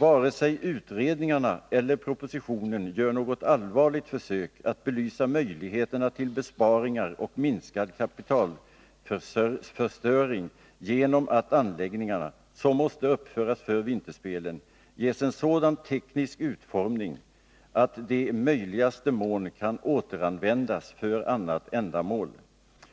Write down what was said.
Varken utredningarna eller propositionen gör något allvarligt försök att belysa möjligheterna till besparingar och minskad kapitalförstöring genom att de anläggningar som måste uppföras för vinterspelen ges en sådan teknisk utformning att de i möjligaste mån kan återanvändas för annat ändamål.